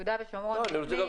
יהודה ושומרון בפנים.